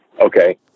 okay